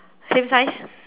same size